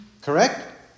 Correct